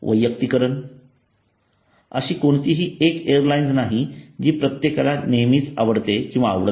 वैयक्तिकरण अशी कोणतीही एक एअरलाइन नाही जी प्रत्येकाला नेहमीच आवडते किंवा आवडत नाही